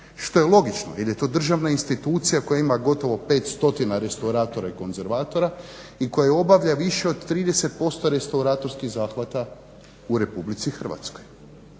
što je logično jer je to državna institucija koja ima gotovo pet stotina restoratera i konzervatora i koja obavlja više od 30% restauratorskih zahvata u RH. Dakle